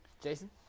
Jason